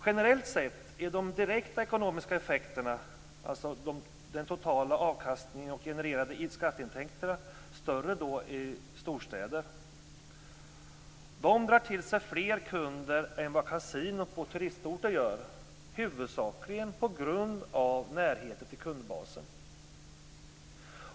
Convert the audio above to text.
Generellt sett är de direkta ekonomiska effekterna - den totala avkastningen och de genererade skatteintäkterna - större i storstäder. De drar till sig fler kunder än vad kasinon på turistorter gör, huvudsakligen på grund av närheten till kundbasen.